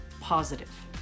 positive